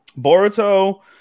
Boruto